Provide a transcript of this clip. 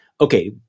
Okay